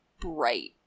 bright